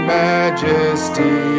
majesty